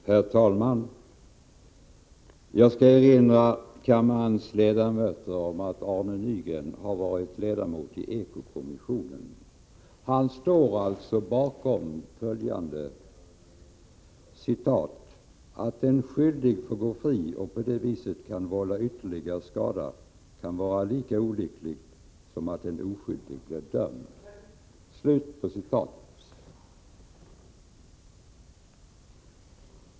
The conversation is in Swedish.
Herr talman! Jag skall erinra kammarens ledamöter om att Arne Nygren har varit ledamot i eko-kommissionen. Han står alltså bakom följande uttalande: Att en skyldig får gå fri och på det viset kan vålla ytterligare skada kan vara lika olyckligt som att en oskyldig blir dömd.